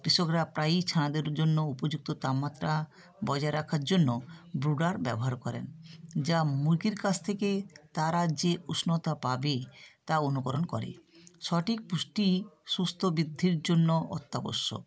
কৃষকরা প্রায়ই ছানাদের জন্য উপযুক্ত তাপমাত্রা বজায় রাখার জন্য ব্রুডার ব্যবহার করেন যা মুরগির কাছ থেকে তারা যে উষ্ণতা পাবে তা অনুকরণ করে সঠিক পুষ্টি সুস্থ বৃদ্ধির জন্য অত্যাবশ্যক